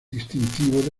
distintivo